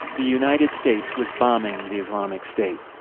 the united states was bombing the islamic state.